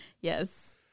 yes